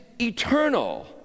eternal